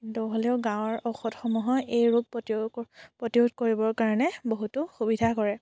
কিন্তু হ'লেও গাঁৱৰ ঔষধসমূহে এই ৰোগ প্ৰতিৰো প্ৰতিৰোধ কৰিবৰ কাৰণে বহুতো সুবিধা কৰে